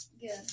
good